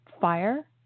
fire